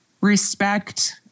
Respect